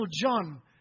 John